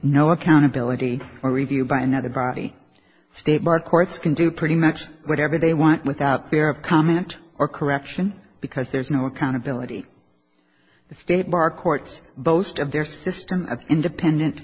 no accountability or review by another body state bar courts can do pretty much whatever they want without comment or correction because there is no accountability the state bar courts boast of their system of independent